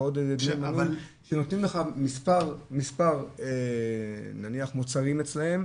ועוד --- שנותנים לך מספר מוצרים אצלם,